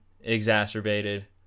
exacerbated